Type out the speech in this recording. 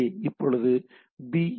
ஏ இப்போது பி